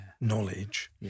knowledge